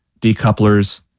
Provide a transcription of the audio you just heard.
decouplers